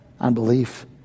Unbelief